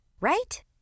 Right